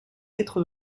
quatre